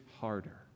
harder